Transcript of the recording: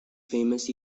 famous